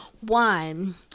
One